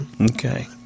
okay